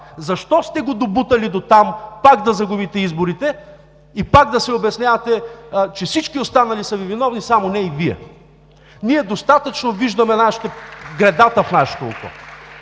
защо сте го добутали дотам пак да загубите изборите и пак да се обяснявате, че всички останали са Ви виновни, само не и Вие. Ние достатъчно виждаме гредата в нашето око.